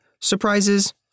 surprises